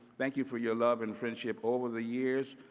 thank you for your love and friendship over the years.